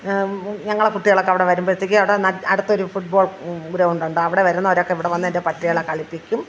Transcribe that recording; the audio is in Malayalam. ഞങ്ങടെ കുട്ടികളൊക്കെ അവിടെ വരുമ്പഴത്തേക്ക് അവിടെ അടുത്തൊരു ഫുട്ബോൾ ഗ്രൗണ്ടുണ്ട് അവിടെ വരുന്നോരൊക്കെ ഇവിടെ വന്ന് എൻ്റെ പട്ടികളെ കളിപ്പിക്കും